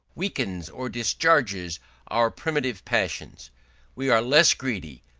weakens or discharges our primitive passions we are less greedy,